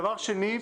דבר שני,